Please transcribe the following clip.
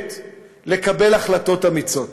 מפחדת לקבל החלטות אמיצות.